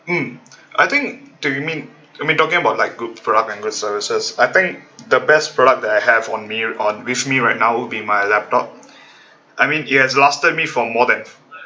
mm I think do you mean I mean talking about like good product and good services I think the best product that I have on me on with me right now would be my laptop I mean it has lasted me for more than